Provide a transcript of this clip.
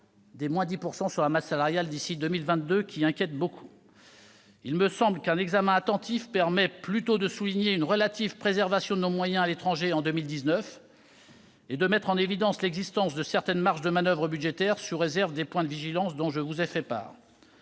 de 10 % de la masse salariale d'ici à 2022, qui inquiète beaucoup. Il me semble qu'un examen attentif permet plutôt de souligner une relative préservation de nos moyens à l'étranger pour 2019 et de mettre en évidence l'existence de certaines marges de manoeuvre budgétaires, sous réserve des points de vigilance dont je vous ai fait part.